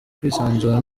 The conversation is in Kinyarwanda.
kwisanzura